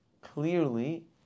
clearly